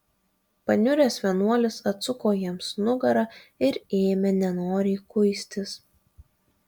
paniuręs vienuolis atsuko jiems nugarą ir ėmė nenoriai kuistis